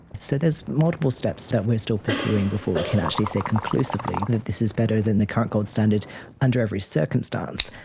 so there's multiple steps that we are still pursuing before we can actually say conclusively that this is better than the current gold standard under every circumstance.